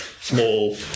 Small